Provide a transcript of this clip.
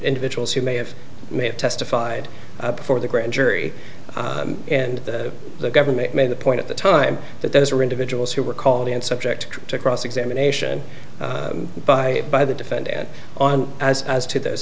individuals who may have may have testified before the grand jury and the government made the point at the time that there were individuals who were called and subject to cross examination by by the defendant on as as to those